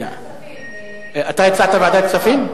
אתה הצעת ועדת כספים?